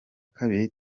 kabiri